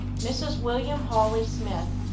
mrs. william hawley smith,